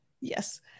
Yes